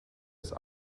ist